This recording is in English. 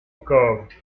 curved